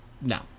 no